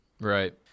right